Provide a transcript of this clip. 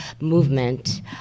movement